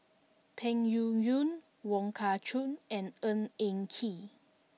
Peng Yuyun Wong Kah Chun and Ng Eng Kee